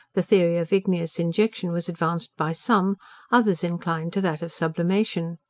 the theory of igneous injection was advanced by some others inclined to that of sublimation.